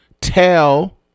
tell